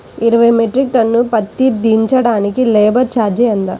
ఇరవై metric ton పత్తి దించటానికి లేబర్ ఛార్జీ ఎంత?